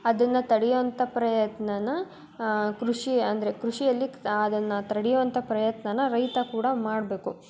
ಅದನ್ನು ತಡೆಯೋ ಅಂಥ ಪ್ರಯತ್ನನ ಕೃಷಿ ಅಂದರೆ ಕೃಷಿಯಲ್ಲಿ ಅದನ್ನು ತಡೆಯೋ ಅಂಥ ಪ್ರಯತ್ನಾನ ರೈತ ಕೂಡ ಮಾಡಬೇಕು